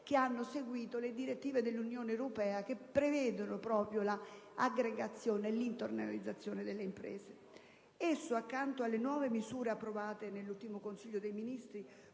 che hanno seguito le direttive dell'Unione europea che prevedono proprio la aggregazione e la internazionalizzazione delle imprese. Esso, accanto alle nuove misure approvate nell'ultimo Consiglio dei ministri,